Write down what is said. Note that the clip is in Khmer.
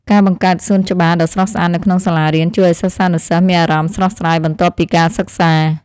ការបង្កើតសួនច្បារដ៏ស្រស់ស្អាតនៅក្នុងសាលារៀនជួយឱ្យសិស្សានុសិស្សមានអារម្មណ៍ស្រស់ស្រាយបន្ទាប់ពីការសិក្សា។